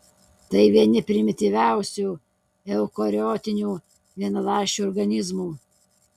tai vieni primityviausių eukariotinių vienaląsčių organizmų